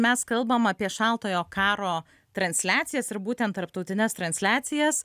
mes kalbam apie šaltojo karo transliacijas ir būtent tarptautines transliacijas